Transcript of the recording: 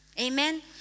amen